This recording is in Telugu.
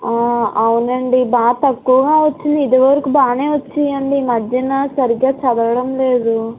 ఆ అవునండీ బాగా తక్కువగా వచ్చినయి ఇదివరకు బాగానే వచ్చినీ అండీ ఈ మధ్యన సరిగ్గా చదవడంలేదు